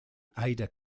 ada